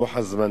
לוח הזמנים.